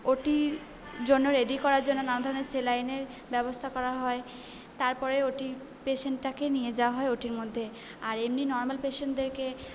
ওটির জন্য রেডি করার জন্য নানা ধরনের সেলাইনের ব্যবস্থা করা হয় তারপরে ওটির পেশেন্টটাকে নিয়ে যাওয়া হয় ও টির মধ্যে আর এমনি নর্মাল পেশেন্টদেরকে